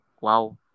wow